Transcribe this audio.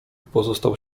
pozostał